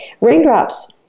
Raindrops